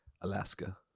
Alaska